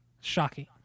Shocking